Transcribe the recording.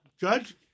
Judge